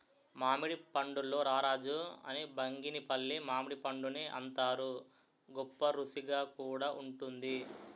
మామిడి పండుల్లో రారాజు అని బంగినిపల్లి మామిడిపండుని అంతారు, గొప్పరుసిగా కూడా వుంటుంది